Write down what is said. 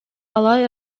алай